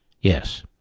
Yes